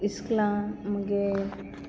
इस्कोलां म्हगे